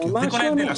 כל הכבוד.